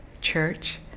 church